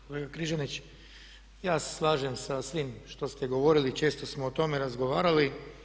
Kolega Križanić ja se slažem sa svim što ste govorili, često smo o tome razgovarali.